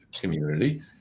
community